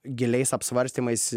giliais apsvarstymais